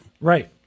Right